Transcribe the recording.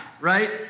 right